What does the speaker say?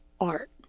art